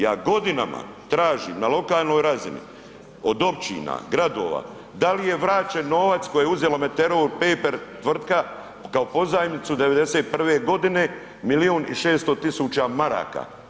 Ja godinama tražim na lokalnoj razini od općina, gradova da li je vraćen novac koji je uzela Meteor Paper tvrtka kao pozajmicu '91. godinu milijun i 600 tisuća maraka.